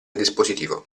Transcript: dispositivo